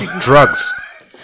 Drugs